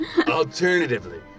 Alternatively